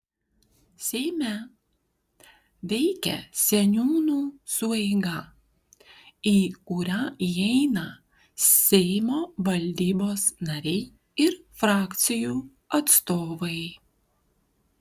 seime veikia seniūnų sueiga į kurią įeina seimo valdybos nariai ir frakcijų atstovai